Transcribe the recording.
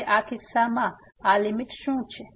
અને આ કિસ્સામાં હવે આ લીમીટ શું છે